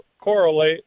correlate